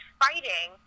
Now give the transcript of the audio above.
fighting